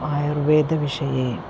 आयुर्वेदविषये